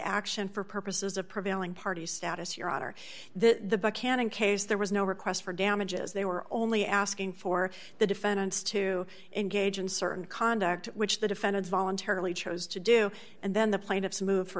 action for purposes of prevailing party status your honor the canon case there was no request for damages they were only asking for the defendants to engage in certain conduct which the defendant voluntarily chose to do and then the plaintiff's move for